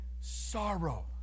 sorrow